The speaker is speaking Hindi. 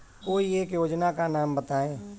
कोई एक योजना का नाम बताएँ?